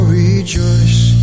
rejoice